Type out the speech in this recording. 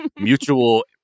mutual